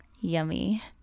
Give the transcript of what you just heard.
yummy